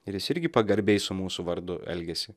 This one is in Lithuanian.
ir jis irgi pagarbiai su mūsų vardu elgiasi